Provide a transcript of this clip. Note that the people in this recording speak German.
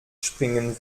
springen